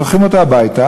שולחים אותו הביתה,